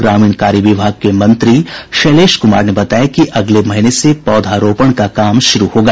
ग्रामीण कार्य विभाग के मंत्री शैलेश कुमार ने बताया कि अगले महीने से पौधा रोपण का काम शुरू होगा